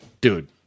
dude